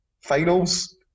finals